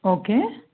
okay